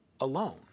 alone